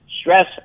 stress